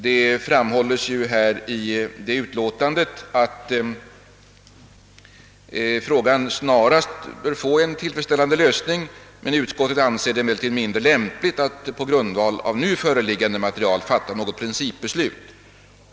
Det framhålles i utskottsutlåtandet att frågan snarast bör få en tillfredsställan de lösning, och utskottet tillägger: »Utskottet anser det emellertid mindre lämpligt att på grundval av nu föreliggande material fatta något principbeslut.